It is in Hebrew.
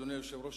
אדוני היושב-ראש,